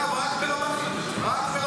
אגב, רק ברבנים, רק ברבנים.